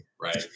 right